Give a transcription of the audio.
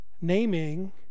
Naming